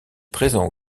présent